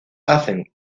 hacen